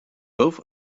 both